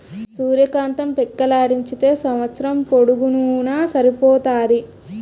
సూర్య కాంతం పిక్కలాడించితే సంవస్సరం పొడుగునూన సరిపోతాది